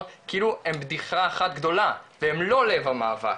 כאילו הם בדיחה אחת גדולה והם לא לב המאבק,